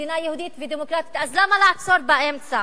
כמדינה יהודית ודמוקרטית, אז למה לעצור באמצע?